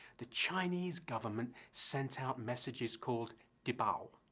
the chinese government sent out messages called dibao,